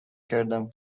کردم